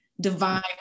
divine